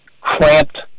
cramped